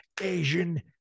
Asian